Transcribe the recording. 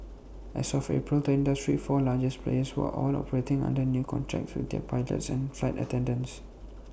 as of April the industry's four largest players were all operating under new contracts with their pilots and flight attendants